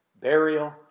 burial